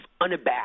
unabashed